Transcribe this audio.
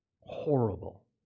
Horrible